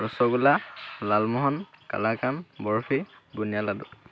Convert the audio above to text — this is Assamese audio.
ৰসগোল্লা লালমোহন কালাকান্দ বৰ্ফি বনীয়া লাডু